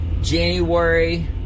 January